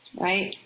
right